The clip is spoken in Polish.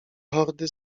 hordy